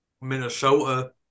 Minnesota